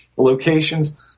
Locations